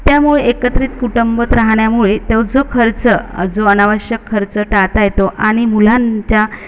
त्यामुळे एकत्रित कुटुंबात राहण्यामुळे तो जो खर्च जो अनावश्यक खर्च टाळता येतो आणि मुलांच्या